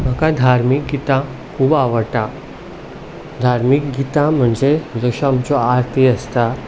म्हाका धार्मीक गितां खूब आवडटा धार्मीक गितां म्हणचे जश्यो आमच्यो आरती आसता